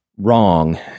wrong